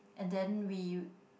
and then we